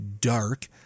dark